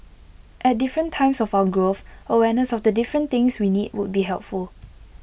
at different times of our growth awareness of the different things we need would be helpful